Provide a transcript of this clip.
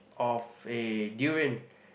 of a durian